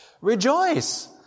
Rejoice